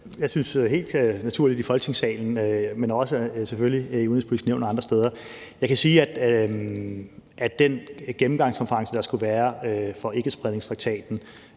at det helt naturligt er i Folketingssalen, men selvfølgelig også i Det Udenrigspolitiske Nævn og andre steder. Jeg kan sige, at den gennemgangskonference, der skal være for ikkespredningstraktaten,